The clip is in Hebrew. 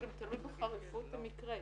זה גם תלוי בחריפות המקרה.